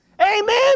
Amen